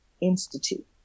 institute